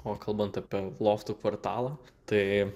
o kalbant apie loftų kvartalą tai